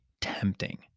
tempting